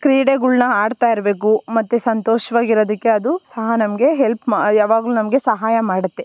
ಕ್ರೀಡೆಗಳ್ನ ಆಡ್ತಾಯಿರಬೇಕು ಮತ್ತು ಸಂತೋಷ್ವಾಗಿರೋದಕ್ಕೆ ಅದು ಸಹ ನಮಗೆ ಹೆಲ್ಪ್ ಮಾ ಯಾವಾಗ್ಲೂ ನಮಗೆ ಸಹಾಯ ಮಾಡುತ್ತೆ